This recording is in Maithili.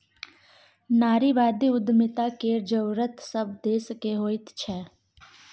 नारीवादी उद्यमिता केर जरूरत सभ देशकेँ होइत छै